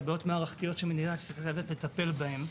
אלה בעיות מערכתיות שמדינת ישראל חייבת לטפל בהם,